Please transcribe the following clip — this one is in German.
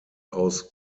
aus